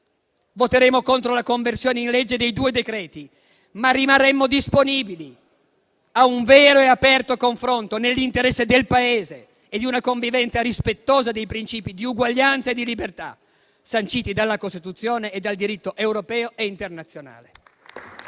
voteremo contro la conversione in legge dei due decreti, ma rimarremo disponibili a un vero e aperto confronto nell'interesse del Paese e di una convivenza rispettosa dei principi di uguaglianza e di libertà sanciti dalla Costituzione e dal diritto europeo e internazionale.